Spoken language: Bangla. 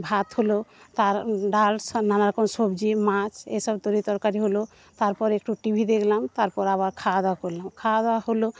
ভাত হল ডাল নানারকম সবজি মাছ এসব তরিতরকারি হল তারপর একটু টিভি দেখলাম তারপর আবার খাওয়া দাওয়া করলাম খাওয়া দাওয়া হল